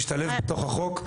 הסעיף הזה משתלב בתוך החוק,